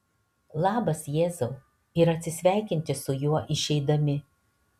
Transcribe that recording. labas jėzau ir atsisveikinti su juo išeidami